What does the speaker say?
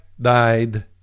died